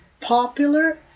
popular